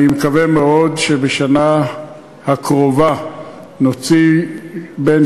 אני מקווה מאוד שבשנה הקרובה נוציא בין